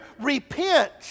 Repent